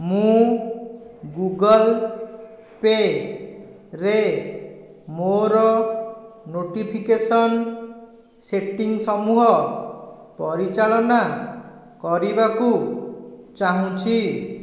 ମୁଁ ଗୁଗଲ୍ ପେ'ରେ ମୋ'ର ନୋଟିଫିକେସନ୍ ସେଟିଂ ସମୂହ ପରିଚାଳନା କରିବାକୁ ଚାହୁଁଛି